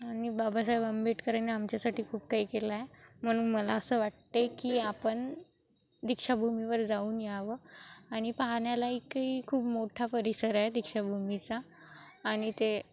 आणि बाबासाहेब आंबेडकरांनी आमच्यासाठी खूप काही केलं आहे म्हणून मला असं वाटते की आपण दीक्षाभूमीवर जाऊन यावं आणि पाहण्यालायकही खूप मोठा परिसर आहे दीक्षाभूमीचा आणि ते